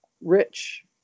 rich